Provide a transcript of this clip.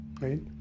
right